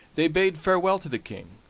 they bade farewell to the king,